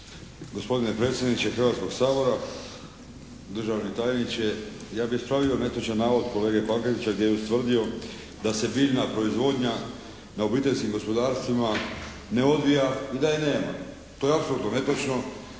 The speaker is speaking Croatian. Gospodine predsjedniče Hrvatskog sabora, državni tajniče. Ja bih ispravio netočan navod kolege Pankretića gdje je ustvrdio da se biljna proizvodnja na obiteljskim gospodarstvima ne odvija i da je nema. To je apsolutno netočno